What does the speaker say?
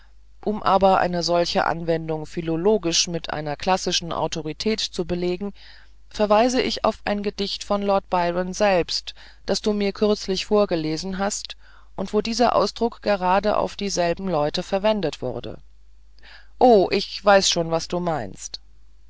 um aber eine solche anwendung philologisch mit einer klassischen autorität zu belegen verweise ich auf ein gedicht von lord byron selbst das du mir kürzlich vorgelesen hast und wo dieser ausdruck gerade auf dieselben leute verwendet wurde o ich weiß schon was du meinst